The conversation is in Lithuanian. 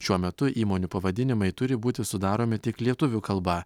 šiuo metu įmonių pavadinimai turi būti sudaromi tik lietuvių kalba